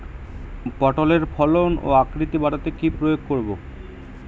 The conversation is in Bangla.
পটলের ফলন ও আকৃতি বাড়াতে কি প্রয়োগ করব?